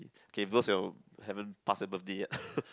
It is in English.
okay because you haven't pass the birthday yet